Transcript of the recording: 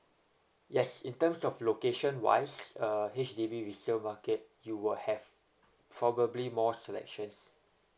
yes in terms of location wise uh H_D_B resale market you will have probably more selections